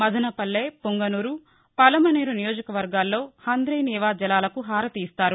మదనపల్లె పుంగనూరు పలమనేరు నియోజకవర్గాల్లో హందీ నీవా జలాలకు హారతి ఇస్తారు